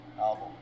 album